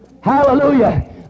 Hallelujah